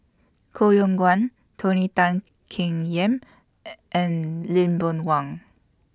Koh Yong Guan Tony Tan Keng Yam and Lee Boon Wang